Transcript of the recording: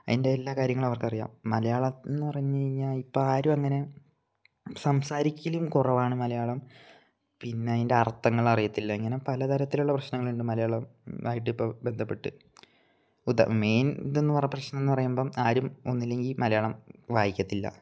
അതിന്റെ എല്ലാ കാര്യങ്ങളും അവര്ക്ക് അറിയാം മലയാളം എന്ന് പറഞ്ഞു കഴിഞ്ഞാൽ ഇപ്പം ആരും അങ്ങനെ സംസാരിക്കലും കുറവാണ് മലയാളം പിന്നെ അതിന്റെ അർത്ഥങ്ങൾ അറിയത്തില്ല ഇങ്ങനെ പല തരത്തിലുള്ള പ്രശ്നങ്ങൾ ഉണ്ട് മലയാളം ആയിട്ടിപ്പം ബന്ധപ്പെട്ട് ഉദാ മേയ്ന് ഇതെന്ന് പറയുക പ്രശ്നം എന്ന് പറയുമ്പം ആരും ഒന്നില്ലെങ്കിൽ മലയാളം വായിക്കത്തില്ല